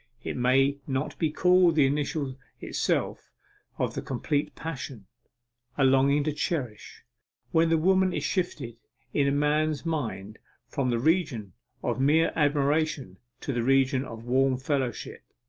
it may not be called the initial itself of the complete passion a longing to cherish when the woman is shifted in a man's mind from the region of mere admiration to the region of warm fellowship.